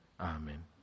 Amen